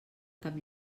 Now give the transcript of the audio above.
cap